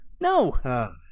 No